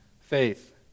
faith